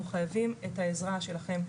אנחנו חייבים את העזרה שלכם,